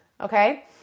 Okay